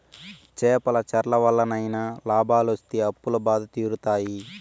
చేపల చెర్ల వల్లనైనా లాభాలొస్తి అప్పుల బాధలు తీరుతాయి